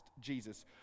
Jesus